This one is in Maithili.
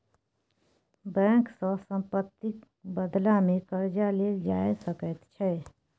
बैंक सँ सम्पत्तिक बदलामे कर्जा लेल जा सकैत छै